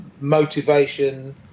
motivation